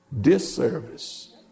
disservice